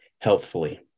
healthfully